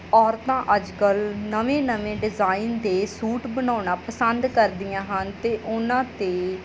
ਔਰਤਾਂ ਅੱਜ ਕੱਲ੍ਹ ਨਵੇਂ ਨਵੇਂ ਡਿਜ਼ਾਈਨ ਦੇ ਸੂਟ ਬਣਾਉਣਾ ਪਸੰਦ ਕਰਦੀਆਂ ਹਨ ਅਤੇ ਉਹਨਾਂ 'ਤੇ